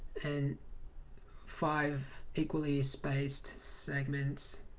and five equally spaced segments